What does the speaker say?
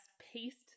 paste